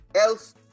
else